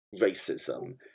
racism